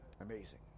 Amazing